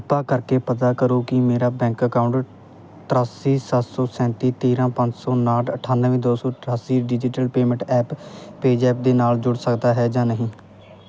ਕਿਰਪਾ ਕਰਕੇ ਪਤਾ ਕਰੋ ਕਿ ਮੇਰਾ ਬੈਂਕ ਅਕਾਊਂਟ ਤ੍ਰਿਆਸੀ ਸੱਤ ਸੌ ਸੈਂਤੀ ਤੇਰ੍ਹਾਂ ਪੰਜ ਸੌ ਉਣਾਹਠ ਅਠਾਨਵੇਂ ਦੋ ਸੌ ਅਠਾਸੀ digital payment app PayZapp ਦੇ ਨਾਲ ਜੁੜ ਸਕਦਾ ਹੈ ਜਾਂ ਨਹੀਂ